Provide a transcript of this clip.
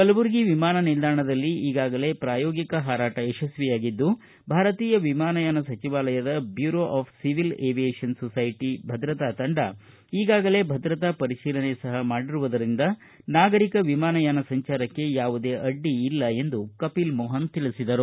ಕಲಬುರಗಿ ವಿಮಾನ ನಿಲ್ದಾಣದಲ್ಲಿ ಈಗಾಗಲೆ ಪ್ರಾಯೋಗಿಕ ಪಾರಾಟ ಯಶಸ್ವಿಯಾಗಿದ್ದು ಭಾರತೀಯ ವಿಮಾನಯಾನ ಸಚಿವಾಲಯದ bureau of civil aviation security ಭದ್ರತಾ ತಂಡ ಈಗಾಗಲೆ ಭದ್ರತಾ ಪರಿಶೀಲನೆ ಸಹ ಮಾಡಿರುವುದರಿಂದ ನಾಗರಿಕ ವಿಮಾನಯಾನ ಸಂಚಾರಕ್ಕೆ ಯಾವುದೇ ಅಡ್ಡಿಯಿಲ್ಲ ಎಂದು ಕಪಿಲ್ ಮೋಪನ್ ತಿಳಿಸಿದರು